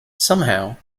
somehow